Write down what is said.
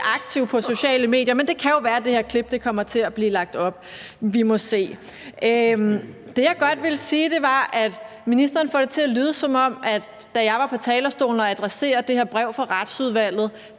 særlig aktiv på de sociale medier, men det kan jo være, at det her klip kommer til at blive lagt op. Vi må se. Det, jeg godt vil sige, er, at ministeren får det til at lyde, som om det, da jeg var på talerstolen og adresserede det her brev fra Retsudvalget